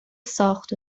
ساخت